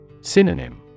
Synonym